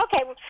Okay